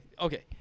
okay